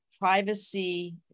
privacy